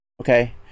Okay